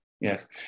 Yes